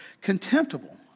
contemptible